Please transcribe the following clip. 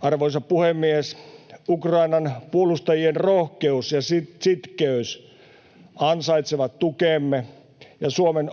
Arvoisa puhemies! Ukrainan puolustajien rohkeus ja sitkeys ansaitsevat tukemme, ja Suomen